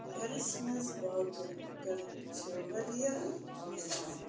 گرس منٛز باغبٲنی کَرٕنۍ چھِ واریاہ آسان